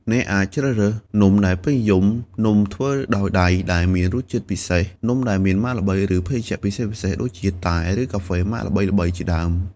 អ្នកអាចជ្រើសរើសនំដែលពេញនិយម នំធ្វើដោយដៃដែលមានរសជាតិពិសេស នំដែលមានម៉ាកល្បី ឬភេសជ្ជៈពិសេសៗដូចជា តែ ឬកាហ្វេម៉ាកល្បីៗជាដើម។